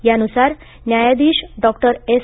यानुसार न्यायाधीश doctor S